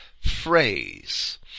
phrase